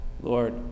Lord